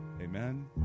amen